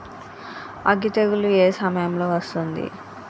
అగ్గి తెగులు ఏ సమయం లో వస్తుంది?